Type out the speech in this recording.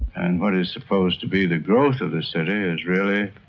and what is supposed to be the growth of the city is really